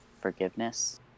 forgiveness